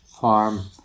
Farm